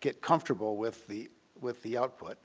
get comfortable with the with the output.